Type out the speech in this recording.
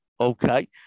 Okay